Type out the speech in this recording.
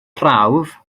prawf